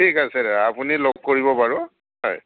ঠিক আছে দিয়ক আপুনি লগ কৰিব বাৰু হয়